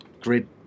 grid